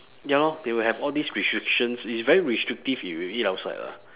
ya lor they will have all these restrictions it's very restrictive if you eat outside lah